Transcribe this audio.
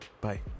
Bye